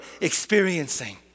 experiencing